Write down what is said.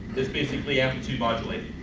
it's basically amplitude modulated.